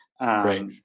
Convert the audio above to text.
Right